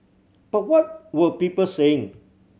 but what were people saying